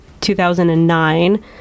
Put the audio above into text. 2009